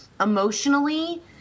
emotionally